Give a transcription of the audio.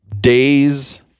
days